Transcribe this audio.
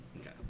Okay